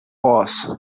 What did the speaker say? boss